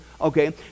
Okay